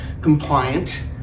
compliant